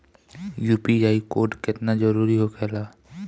UPI code केतना जरुरी होखेला?